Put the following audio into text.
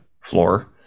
floor